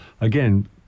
Again